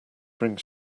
bring